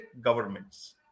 governments